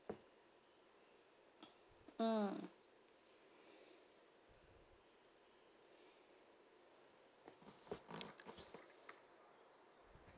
mm